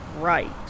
right